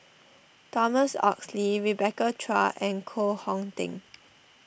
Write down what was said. Thomas Oxley Rebecca Chua and Koh Hong Teng